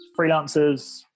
freelancers